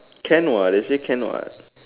can what they say can what